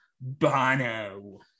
Bono